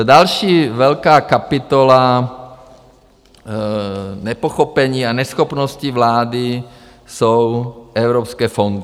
Další velká kapitola nepochopení a neschopnosti vlády jsou evropské fondy.